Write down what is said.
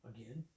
Again